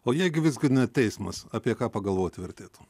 o jeigu visgi teismas apie ką pagalvoti vertėtų